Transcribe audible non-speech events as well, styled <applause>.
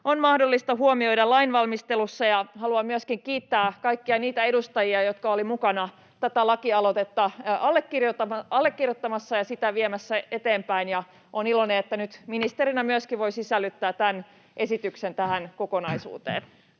on mahdollista huomioida lainvalmistelussa. Haluan myöskin kiittää kaikkia niitä edustajia, jotka olivat mukana tätä lakialoitetta allekirjoittamassa ja sitä viemässä eteenpäin. Ja olen iloinen, että nyt ministerinä <noise> myöskin voin sisällyttää tämän esityksen tähän kokonaisuuteen.